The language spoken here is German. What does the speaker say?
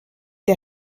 der